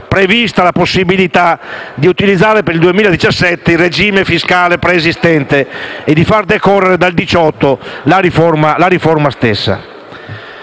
la possibilità di utilizzare per il 2017 il regime fiscale preesistente e di far decorrere dal 2018 la riforma stessa.